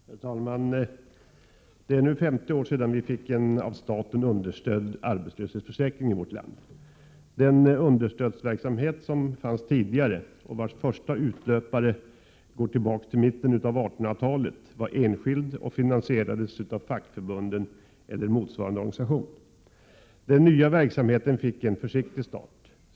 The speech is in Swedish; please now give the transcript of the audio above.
Herr talman! Det är nu 50 år sedan vi fick en av staten understödd arbetslöshetsförsäkring i vårt land. Den understödsverksamhet som fanns tidigare och vars första utlöpare går tillbaka till mitten av 1800-talet var enskild och finansierades av fackförbunden eller motsvarande organisationer. Den nya verksamheten fick en försiktig start.